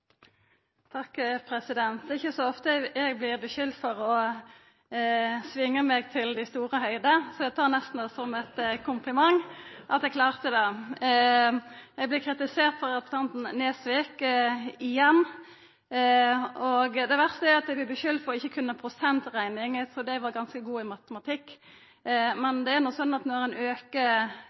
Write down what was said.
Det er ikkje så ofte eg vert skulda for å svinga meg til dei store høgder, så eg tar det nesten som ein kompliment at eg klarte det. Eg vart kritisert av representanten Nesvik igjen, og det verste er at eg vert skulda for ikkje å kunna prosentrekning – eg trudde eg var ganske god i matematikk. Men det er slik at når ein